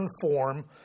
form